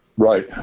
Right